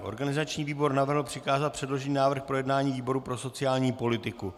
Organizační výbor navrhl přikázat předložený návrh k projednání výboru pro sociální politiku.